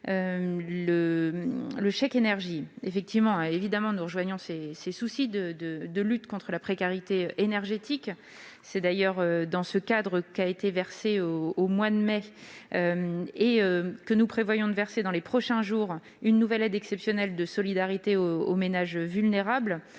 le chèque énergie. Évidemment, nous partageons le souci de la lutte contre la précarité énergétique. C'est d'ailleurs dans ce cadre qu'a été versée au mois de mai- et que nous prévoyons de verser dans les prochains jours -une nouvelle aide exceptionnelle de solidarité aux ménages vulnérables.